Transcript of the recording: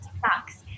sucks